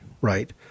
right